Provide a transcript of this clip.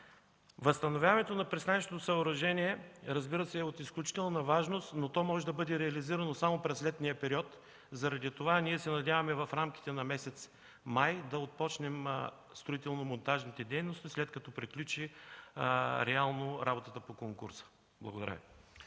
Възстановяването на пристанищното съоръжение е от изключителна важност, но то може да бъде реализирано само през летния период. Заради това ние се надяваме в рамките на месец май да започнем строително-монтажните дейности, след като приключи реално работата по конкурса. Благодаря.